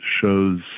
shows